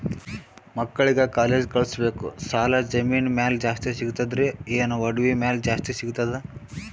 ಮಕ್ಕಳಿಗ ಕಾಲೇಜ್ ಕಳಸಬೇಕು, ಸಾಲ ಜಮೀನ ಮ್ಯಾಲ ಜಾಸ್ತಿ ಸಿಗ್ತದ್ರಿ, ಏನ ಒಡವಿ ಮ್ಯಾಲ ಜಾಸ್ತಿ ಸಿಗತದ?